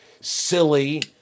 silly